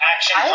Action